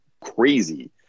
crazy